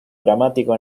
dramático